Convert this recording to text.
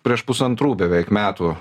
prieš pusantrų beveik metų